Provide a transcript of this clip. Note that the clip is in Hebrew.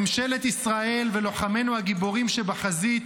ממשלת ישראל ולוחמינו הגיבורים שבחזית